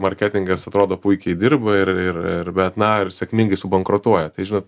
marketingas atrodo puikiai dirba ir ir ir bet na ir sėkmingai subankrutuoja tai žinot